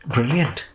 Brilliant